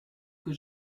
que